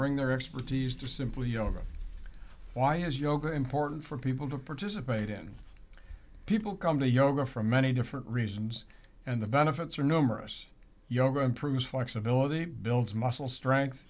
bring their expertise to simple yoga why has yoga important for people to participate in people come to yoga for many different reasons and the benefits are numerous younger improves flexibility builds muscle str